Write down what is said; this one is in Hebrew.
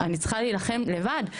אני צריכה להילחם לבד.